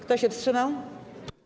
Kto się wstrzymał?